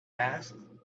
asked